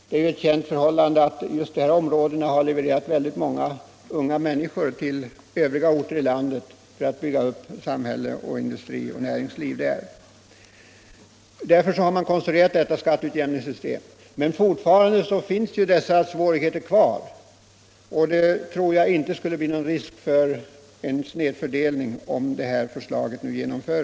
Det är ju ett känt förhållande att just dessa bygder har levererat många unga människor till uppbyggnaden av samhälle och näringsliv på många andra orter i landet. Trots skatteutjämningssystemet finns stora svårigheter kvar, och jag tror inte att det föreligger någon risk för en snedfördelning, om förslaget i reservationen genomförs.